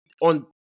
on –